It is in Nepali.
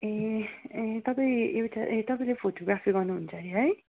ए ए तपाईँ एउटा ए तपाईँले फोटोग्राफी गर्नुहुन्छ हरे है